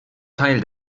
teil